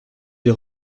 des